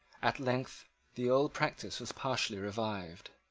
at length the old practice was partially revived.